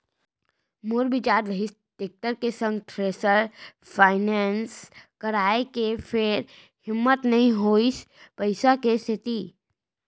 मोर बिचार रिहिस टेक्टर के संग थेरेसर फायनेंस कराय के फेर हिम्मत नइ होइस पइसा के सेती